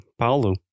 Paulo